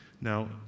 now